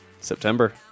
September